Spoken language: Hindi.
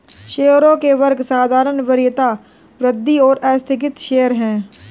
शेयरों के वर्ग साधारण, वरीयता, वृद्धि और आस्थगित शेयर हैं